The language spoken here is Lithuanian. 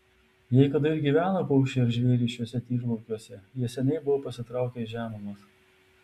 jei kada ir gyveno paukščiai ar žvėrys šiuose tyrlaukiuose jie seniai buvo pasitraukę į žemumas